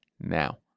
now